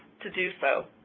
to do so.